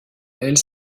elle